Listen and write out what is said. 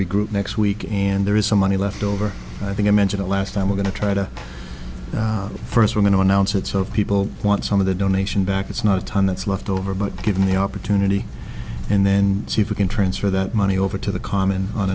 regroup next week and there is some money left over i think i mentioned last time we're going to try to first we're going to announce it so people want some of the donation back it's not a ton that's left over but given the opportunity and then see if we can transfer that money over to the common on